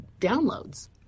downloads